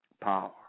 power